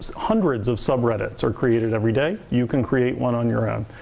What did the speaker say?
um hundreds of subreddits are created everyday. you can create one on your own.